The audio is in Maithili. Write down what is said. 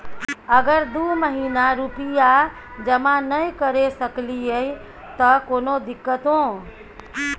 अगर दू महीना रुपिया जमा नय करे सकलियै त कोनो दिक्कतों?